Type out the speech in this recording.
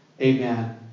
amen